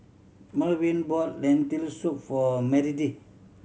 Merwin brought Lentil Soup for Meredith